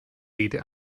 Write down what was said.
rede